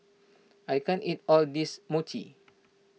I can't eat all this Mochi